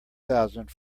thousand